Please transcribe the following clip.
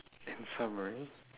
in summary